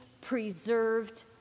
preserved